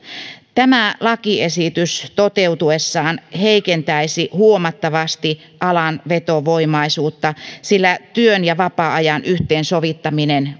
tämä lakiesitys toteutuessaan heikentäisi huomattavasti alan vetovoimaisuutta sillä työn ja vapaa ajan yhteensovittaminen